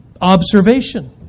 Observation